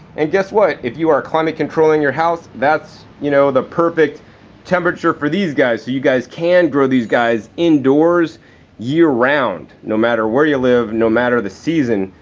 and guess what, if you are climate controlling your house, that's you know the perfect temperature for these guys. so you guys can grow these guys indoors year round, no matter where you live, no matter the season.